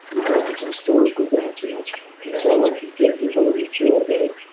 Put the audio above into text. your glycogen stores go down too much. so i like to gift people a refuel day.